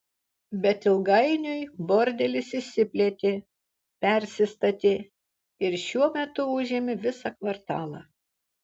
bet ilgainiui bordelis išsiplėtė persistatė ir šiuo metu užėmė visą kvartalą